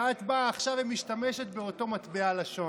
ואת באה עכשיו ומשתמשת באותו מטבע לשון.